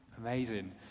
Amazing